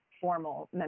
formal